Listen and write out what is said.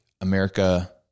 America –